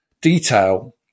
detail